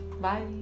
bye